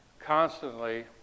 constantly